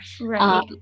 Right